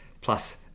plus